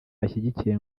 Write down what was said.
bashyigikiye